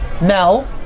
Mel